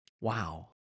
Wow